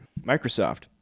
Microsoft